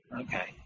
Okay